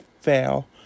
fail